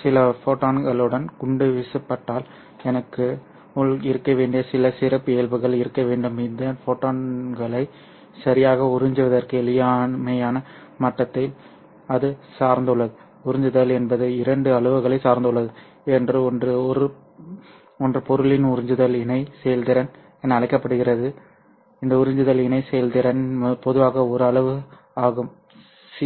சில ஃபோட்டான்களுடன் குண்டுவீசப்பட்டால் எனக்குள் இருக்க வேண்டிய சில சிறப்பியல்புகள் இருக்க வேண்டும் இந்த ஃபோட்டான்களை சரியாக உறிஞ்சுவதற்கு எளிமையான மட்டத்தில் அது சார்ந்துள்ளது உறிஞ்சுதல் என்பது இரண்டு அளவுகளை சார்ந்துள்ளது என்று ஒன்று பொருளின் உறிஞ்சுதல் இணை செயல்திறன் என அழைக்கப்படுகிறது சரி இந்த உறிஞ்சுதல் இணை செயல்திறன் பொதுவாக ஒரு அளவு ஆகும் செ